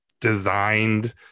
designed